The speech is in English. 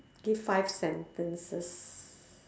give five sentences